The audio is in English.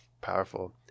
powerful